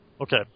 Okay